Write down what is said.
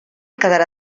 quedarà